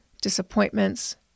disappointments